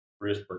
risk